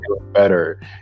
better